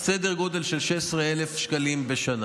סדר גודל של 16,000 שקלים בשנה.